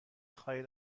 خواهید